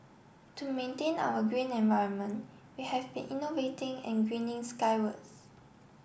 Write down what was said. to maintain our green environment we have been innovating and greening skywards